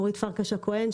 אורית פרקש הכהן,